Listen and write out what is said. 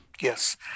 Yes